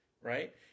right